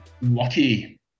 lucky